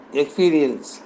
experience